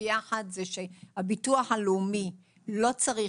סוגיה אחת זה שהביטוח הלאומי לא צריך